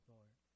Lord